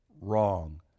wrong